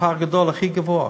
פער גדול, הכי גדול.